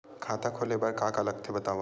खाता खोले बार का का लगथे बतावव?